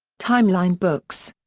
timeline books.